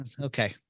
Okay